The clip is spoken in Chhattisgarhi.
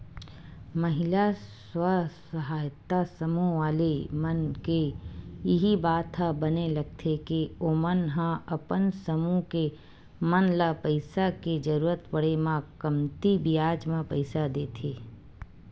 महिला स्व सहायता समूह वाले मन के इही बात ह बने लगथे के ओमन ह अपन समूह के मन ल पइसा के जरुरत पड़े म कमती बियाज म पइसा देथे